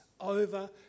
over